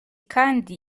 kandi